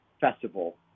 festival